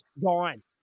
Gone